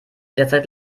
derzeit